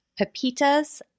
pepitas